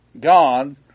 God